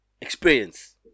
experience